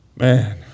Man